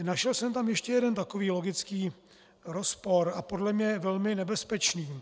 Našel jsem tam ještě jeden takový logický rozpor a podle mne je velmi nebezpečný.